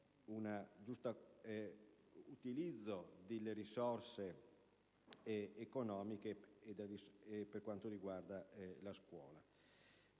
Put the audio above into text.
giusto utilizzo delle risorse economiche per quanto riguarda la scuola.